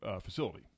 facility